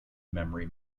memory